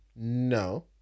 No